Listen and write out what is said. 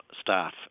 staff